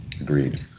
Agreed